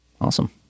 Awesome